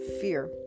fear